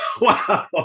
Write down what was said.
Wow